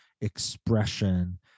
expression